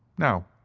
now,